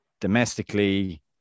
domestically